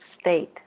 state